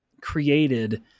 created